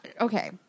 Okay